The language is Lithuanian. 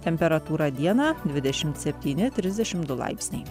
temperatūra dieną dvidešimt septyni trisdešim du laipsniai